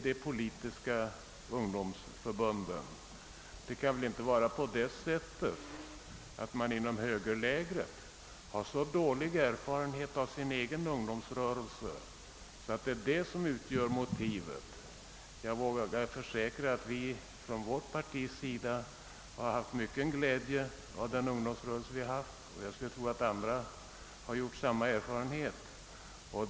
Det kan väl inte förhålla sig så att man inom högerlägret har så dålig erfarenhet av sin egen ungdomsrörelse att detta utgör motivet? Jag vågar försäkra att vi inom vårt parti har haft mycken glädje av vår ungdomsrörelse, och jag skulle tro att andra har gjort samma erfarenhet.